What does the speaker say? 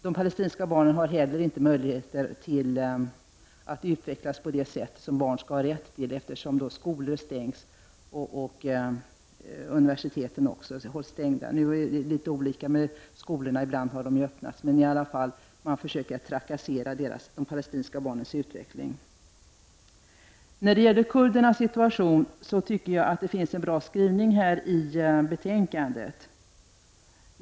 De palestinska barnen har heller inte möjligheter att utvecklas på det sätt som barn har rätt till, eftersom skolor stängs. Även universiteten hålls stängda. En del skolor har visserligen öppnats igen, man försöker ändå trakassera de palestinska barnen och störa deras utveckling. När det gäller kurdernas situation är skrivningen i betänkandet bra.